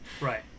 Right